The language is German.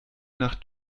nach